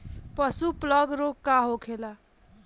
पशु प्लग रोग का होखेला?